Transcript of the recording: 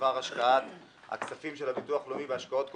בדבר השקעת הכספים של הביטוח הלאומי בהשקעות קונסטרוקטיביות.